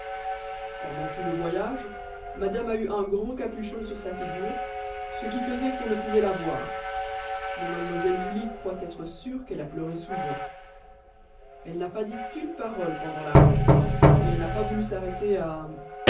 pendant tout le voyage madame a eu un grand capuchon sur sa figure ce qui faisait qu'on ne pouvait la voir mais mlle julie croit être sûre qu'elle a pleuré souvent elle n'a pas dit une parole pendant la route elle n'a pas voulu s'arrêter à